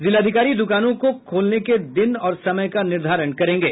जिलाधिकारी दुकानों को खोलने के दिन और समय का निर्धारण करेंगे